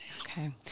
Okay